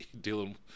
dealing